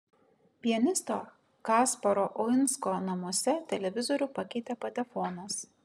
pianisto kasparo uinsko namuose televizorių pakeitė patefonas